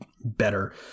better